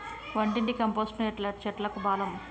వంటింటి కంపోస్టును చెట్లకు బలం